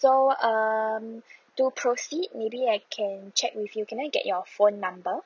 so um to proceed maybe I can check with you can I get your phone number